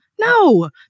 No